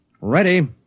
Ready